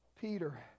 Peter